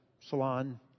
salon